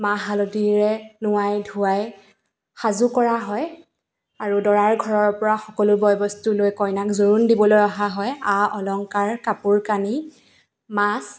মাহ হালধিৰে নোৱাই ধোৱাই সাজু কৰা হয় আৰু দৰাৰ ঘৰৰ পৰা সকলো বয় বস্তু লৈ কইনাক জোৰোণ দিবলৈ অহা হয় আ অলংকাৰ কাপোৰ কানি মাছ